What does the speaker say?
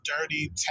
dirty